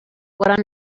what